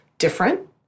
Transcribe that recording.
different